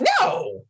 No